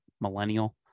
millennial